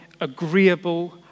agreeable